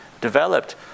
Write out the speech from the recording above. developed